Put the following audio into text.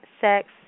sex